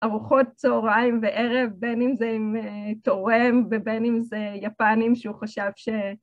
ארוכות צהריים וערב, ‫בין אם זה עם אה.. תורם ‫ובין אם זה יפנים שהוא חשב ש...